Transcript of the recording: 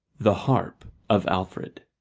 the harp of alfred